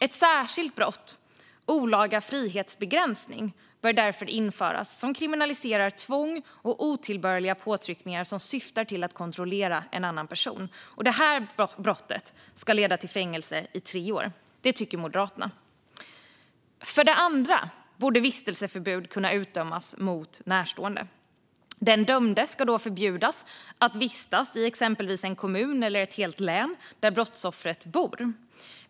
Ett särskilt brott, olaga frihetsbegränsning, bör därför införas, som kriminaliserar tvång och otillbörliga påtryckningar som syftar till att kontrollera en annan person. Det brottet ska leda till fängelse i tre år. Detta tycker Moderaterna. Det andra förslaget handlar om att vistelseförbud borde kunna utdömas vid brott mot närstående. Den dömde ska då förbjudas att vistas i exempelvis en kommun eller ett helt län där brottsoffret bor.